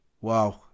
Wow